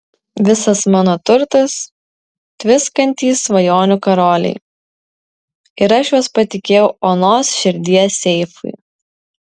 visas mano turtas tviskantys svajonių karoliai ir aš juos patikėjau onos širdies seifui